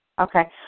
Okay